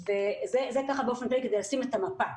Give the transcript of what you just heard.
זה באופן כללי כדי לשים את המפה.